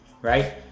right